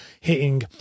hitting